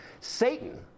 Satan